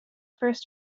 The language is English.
first